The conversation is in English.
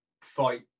fight